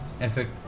effect